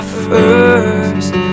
first